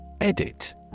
Edit